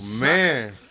Man